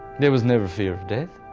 there was never fear of death.